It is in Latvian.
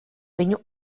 viņu